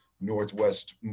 Northwest